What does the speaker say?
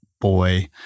boy